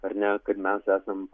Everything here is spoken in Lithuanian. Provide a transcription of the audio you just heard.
ar ne kad mes esam